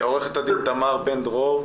עורכת הדין תמר בן דרור,